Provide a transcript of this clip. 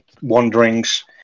wanderings